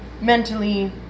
mentally